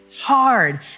hard